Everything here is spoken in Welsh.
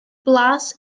blas